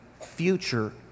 future